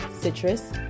Citrus